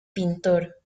pintor